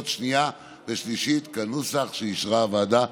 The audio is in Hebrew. השנייה והשלישית בנוסח שאישרה הוועדה.